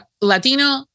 Latino